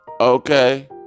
Okay